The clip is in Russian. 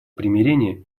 примирения